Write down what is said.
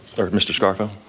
sorry, mr. scarfo?